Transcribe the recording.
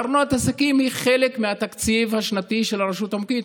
ארנונת עסקים היא חלק מהתקציב השנתי של הרשות המקומית,